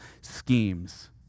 schemes